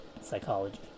psychology